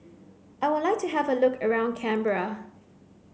I would like to have a look around Canberra